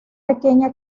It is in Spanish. pequeña